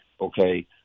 Okay